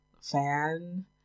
fan